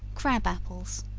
crab apples.